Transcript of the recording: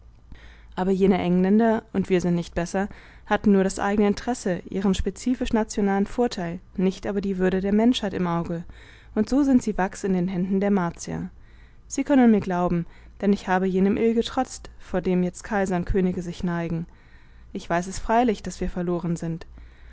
aber jene engländer und wir sind nicht besser hatten nur das eigene interesse ihren spezifisch nationalen vorteil nicht aber die würde der menschheit im auge und so sind sie wachs in den händen der martier sie können mir glauben denn ich habe jenem ill getrotzt vor dem jetzt kaiser und könige sich neigen ich weiß es freilich daß wir verloren sind